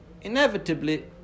inevitably